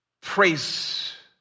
praise